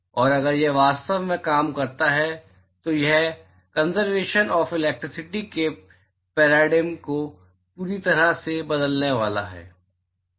और अगर यह वास्तव में काम करता है तो यह कंज़रवेशन ऑफ इलेक्ट्रिसिटी के पैराडिम को पूरी तरह से बदलने वाला है और